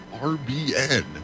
RBN